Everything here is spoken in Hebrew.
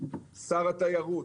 שר התיירות,